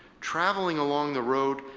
traveling along the road,